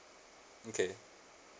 okay